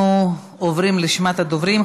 אנחנו עוברים לרשימת הדוברים.